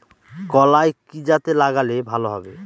কলাই কি জাতে লাগালে ভালো হবে?